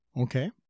Okay